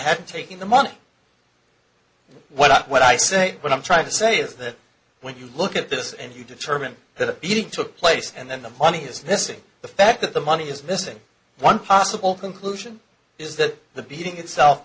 head and taking the money what i what i say what i'm trying to say is that when you look at this and you determine that he took place and then the money is this it the fact that the money is missing one possible conclusion is that the beating itself